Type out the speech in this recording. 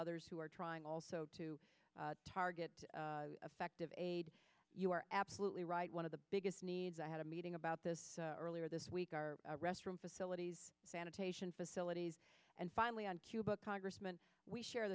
others who are trying also to target effective aid you're absolutely right one of the biggest needs i had a meeting about this earlier this week are restroom facilities sanitation facilities and finally on cuba congressman we share